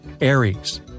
Aries